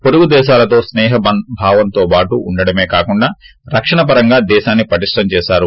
పొరుగు దేశాలతో స్పే హ భావంతో ఉండడమే కాకుండా రక్షణపరంగా దేశాన్ని పటిష్టం చేసారు